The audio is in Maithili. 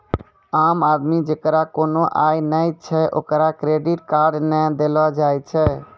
आम आदमी जेकरा कोनो आय नै छै ओकरा क्रेडिट कार्ड नै देलो जाय छै